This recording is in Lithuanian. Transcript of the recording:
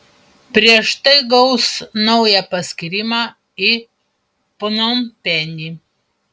prieš tai gaus naują paskyrimą į pnompenį